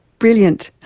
brilliant.